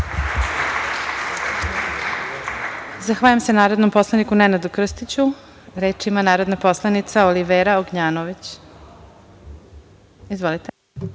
Zahvaljujem se narodnom poslaniku Nenadu Krstiću. Reč ima narodna poslanica Olivera Ognjanović. Izvolite.